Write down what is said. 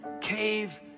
cave